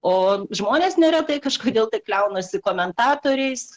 o žmonės neretai kažkodėl tik kliaunasi komentatoriais